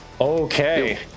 Okay